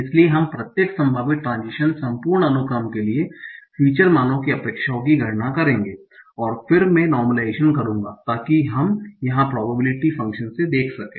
इसलिए हम प्रत्येक संभावित ट्रान्ज़िशन संपूर्ण अनुक्रम के लिए फ़ीचर मानों की अपेक्षाओं की गणना करेंगे और फिर मैं नार्मलाइजेशन करूंगा ताकि हम यहां प्रोबेबिलिटी फंक्शन से देख सकें